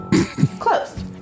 Close